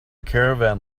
caravan